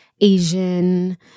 Asian